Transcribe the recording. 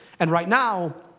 and right now,